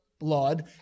Blood